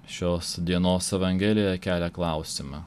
šios dienos evangelija kelia klausimą